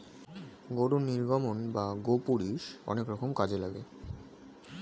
গরুর নির্গমন বা গোপুরীষ অনেক রকম কাজে লাগে